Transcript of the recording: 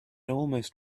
almost